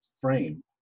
frame